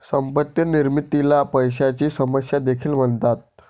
संपत्ती निर्मितीला पैशाची समस्या देखील म्हणतात